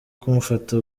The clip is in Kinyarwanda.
kumufata